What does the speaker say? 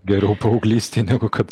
geriau paauglystėj negu kad